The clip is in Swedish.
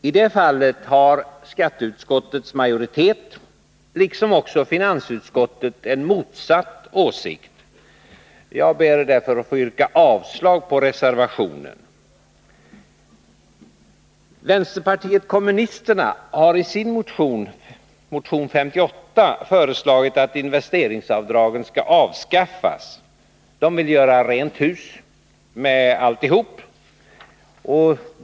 I det fallet har skatteutskottets majoritet liksom finansutskottet motsatt åsikt. Jag yrkar därför avslag på reservationen. Vänsterpartiet kommunisterna har i sin motion 58 föreslagit att investeringsavdragen skall avskaffas. Man vill göra rent hus med alltihop.